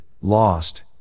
lost